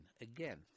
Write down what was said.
again